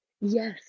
Yes